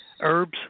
herbs